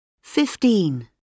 fifteen